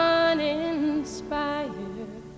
uninspired